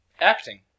Acting